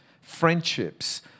friendships